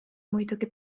muidugi